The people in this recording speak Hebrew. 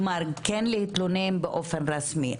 כלומר, כן להתלונן באופן רשמי.